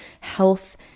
health